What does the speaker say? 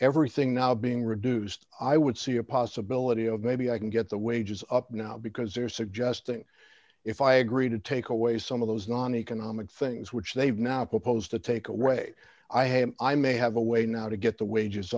everything now being reduced i would see a possibility of maybe i can get the wages up now because they are suggesting if i agree to take away some of those non economic things which they've now proposed to take away i have i may have a way now to get the wages